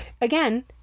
again